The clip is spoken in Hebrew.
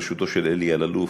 בראשותו של אלי אלאלוף,